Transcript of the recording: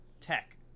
Tech